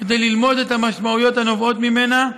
כדי ללמוד את המשמעויות הנובעות מהן,